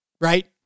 right